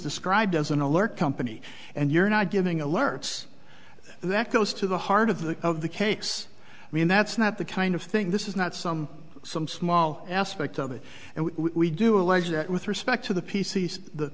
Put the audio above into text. described as an alert company and you're not giving alerts that goes to the heart of the of the case i mean that's not the kind of thing this is not some some small aspect of it and we do allege that with respect to the p c s the